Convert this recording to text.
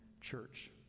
church